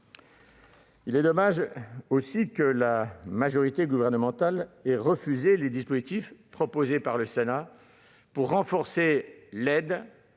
également dommage que la majorité gouvernementale ait refusé les dispositifs proposés par le Sénat pour renforcer l'aide